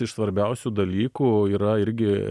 iš svarbiausių dalykų yra irgi